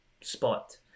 spot